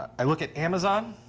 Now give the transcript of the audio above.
i look at amazon.